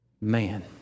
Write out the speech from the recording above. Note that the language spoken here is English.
Man